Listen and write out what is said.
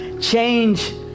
Change